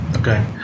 Okay